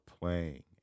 playing